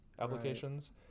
applications